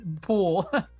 pool